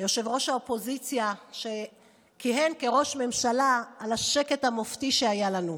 ליושב-ראש האופוזיציה שכיהן כראש ממשלה על השקט המופתי שהיה לנו.